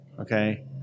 Okay